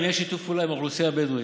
אם יהיה שיתוף פעולה עם האוכלוסייה הבדואית,